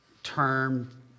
term